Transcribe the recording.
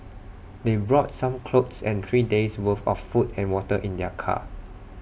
they brought some clothes and three days' worth of food and water in their car